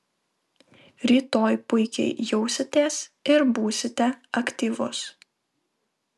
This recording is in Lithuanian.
rytoj puikiai jausitės ir būsite aktyvus